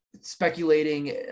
speculating